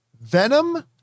Venom